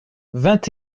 vingt